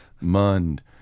Mund